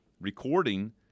recording